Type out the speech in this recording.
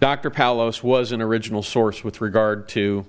dr paulose was an original source with regard to